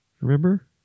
Remember